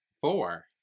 four